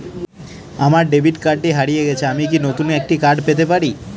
আমার ডেবিট কার্ডটি হারিয়ে গেছে আমি কি নতুন একটি কার্ড পেতে পারি?